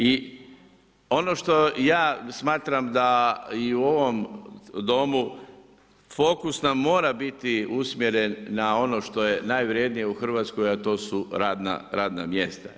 I ono što ja smatram da i u ovom Domu fokus nam mora biti usmjeren na ono što je najvrjednije u Hrvatskoj a to su radna mjesta.